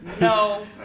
no